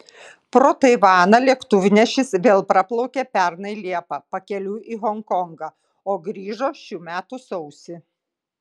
pro taivaną lėktuvnešis vėl praplaukė pernai liepą pakeliui į honkongą o grįžo šių metų sausį